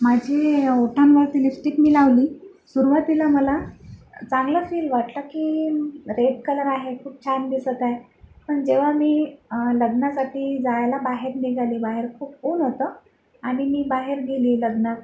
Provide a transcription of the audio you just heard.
माझी ओठांवरती लिपस्टिक मी लावली सुरुवातीला मला चांगला फील वाटला की रेड कलर आहे खूप छान दिसत आहे पण जेव्हा मी लग्नासाठी जायला बाहेर निघाली बाहेर खूप ऊन होतं आणि मी बाहेर गेली लग्नात